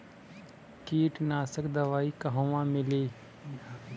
कीटनाशक दवाई कहवा मिली?